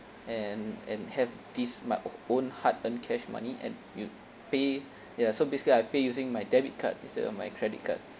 and and have this my own hard earned cash money and you pay ya so basically I pay using my debit card instead of my credit card